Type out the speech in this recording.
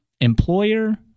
employer